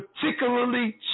particularly